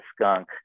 skunk